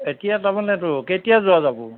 এতিয়া তাৰমানেতো কেতিয়া যোৱা যাব